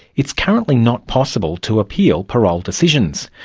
it's currently not possible to appeal parole decisions.